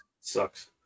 sucks